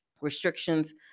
restrictions